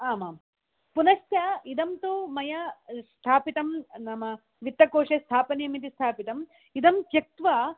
आमाम् पुनश्च इदं तु मया ल् स्थापितं नाम वित्तकोषे स्थापनीयमिति स्थापितम् इदं त्यक्त्वा